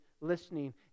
listening